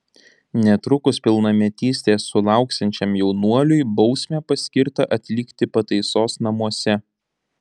netrukus pilnametystės sulauksiančiam jaunuoliui bausmę paskirta atlikti pataisos namuose